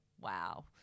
wow